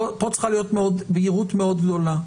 פה צריכה להיות בהירות מאוד גדולה.